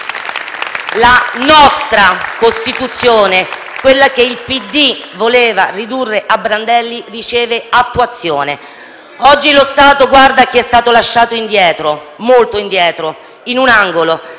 la nostra Costituzione, quella che il PD voleva ridurre a brandelli, riceve attuazione. Oggi lo Stato guarda a chi è stato lasciato indietro, molto indietro, in un angolo,